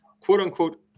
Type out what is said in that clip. quote-unquote